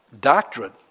doctrine